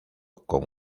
con